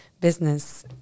business